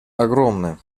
огромны